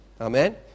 Amen